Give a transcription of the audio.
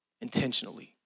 Intentionally